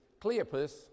Cleopas